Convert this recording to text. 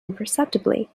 imperceptibly